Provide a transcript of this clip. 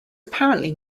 apparently